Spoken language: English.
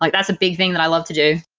like that's a big thing that i love to do.